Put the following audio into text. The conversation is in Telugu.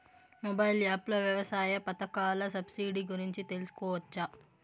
మొబైల్ యాప్ లో వ్యవసాయ పథకాల సబ్సిడి గురించి తెలుసుకోవచ్చా?